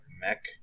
mech